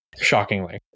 shockingly